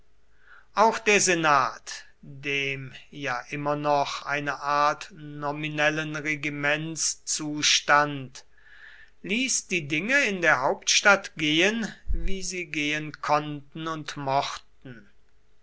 auch der senat dem ja immer noch eine art nominellen regiments zustand ließ die dinge in der hauptstadt gehen wie sie gehen konnten und mochten